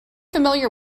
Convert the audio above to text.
familiar